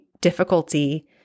difficulty